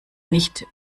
nicht